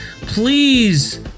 please